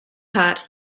heart